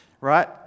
right